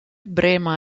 brema